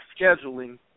scheduling